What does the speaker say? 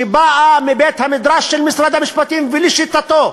שבאה מבית-המדרש של משרד המשפטים ולשיטתו.